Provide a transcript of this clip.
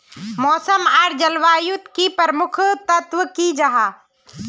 मौसम आर जलवायु युत की प्रमुख तत्व की जाहा?